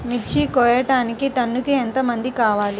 మిర్చి కోయడానికి టన్నుకి ఎంత మంది కావాలి?